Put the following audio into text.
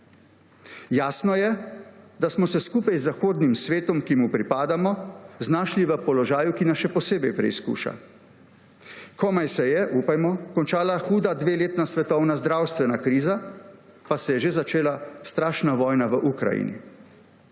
Jasno je, da smo se skupaj z zahodnim svetom, ki mu pripadamo, znašli v položaju, ki nas še posebej preizkuša. Komaj se je, upajmo, končala huda dveletna svetovna zdravstvena kriza, pa se je že začela strašna vojna v Ukrajini.